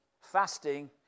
fasting